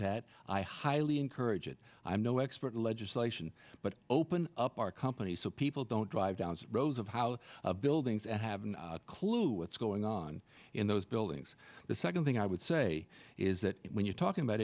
that i highly encourage it i'm no expert legislation but open up our company so people don't drive down rows of how buildings and haven't a clue what's going on in those buildings the second thing i would say is that when you're talking about